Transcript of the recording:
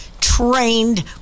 trained